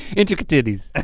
intricatitties.